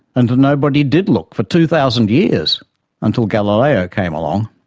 and nobody did look for two thousand years, until galileo came along.